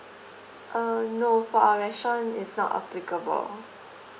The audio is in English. uh no for our restaurant is not applicable